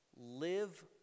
live